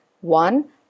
one